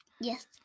Yes